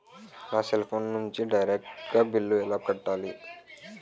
నా cell phone నుంచి direct గా బిల్లు ఎలా కట్టాలి?